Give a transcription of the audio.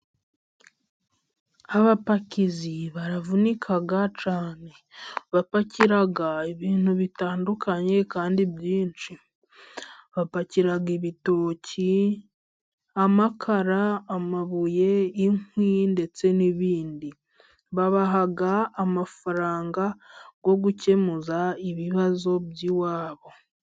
Abapakizi baravunika cyane. Bapakira ibintu bitandukanye kandi byinshi. Bapakiraga ibitoki, amakara, amabuye, inkwi ndetse n'ibindi. Babaha amafaranga yo gukemuza ibibazo by'iwabo.